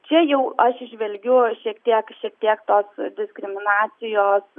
čia jau aš įžvelgiu šiek tiek šiek tiek tos diskriminacijos